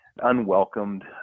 unwelcomed